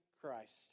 Christ